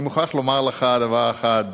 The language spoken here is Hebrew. אני מוכרח לומר לך דבר אחד,